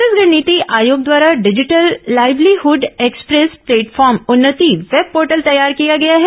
छत्तीसगढ़ नीति आयोग द्वारा digital livelihood express platform Unnati web portal तैयार किया गया है